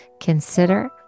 consider